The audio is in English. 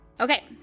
Okay